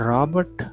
Robert